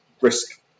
risk